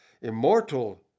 Immortal